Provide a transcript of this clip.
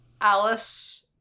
Alice